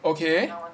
okay